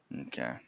okay